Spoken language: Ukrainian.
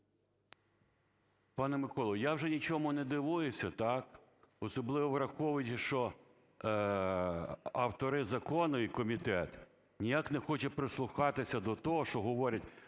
Пане Миколо, я вже нічому не дивуюсь, особливо враховуючи, що автори закону і комітет ніяк не хоче прислухатися до того, що говорять,